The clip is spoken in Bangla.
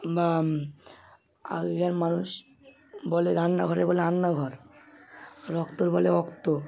বা আগেকার মানুষ বলে রান্নাঘরে বলে আন্নাঘর রক্তর বলে অক্ত